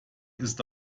ist